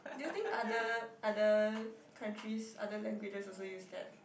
do you think other other countries other languages also use that